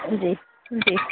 जी जी